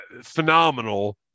Phenomenal